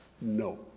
No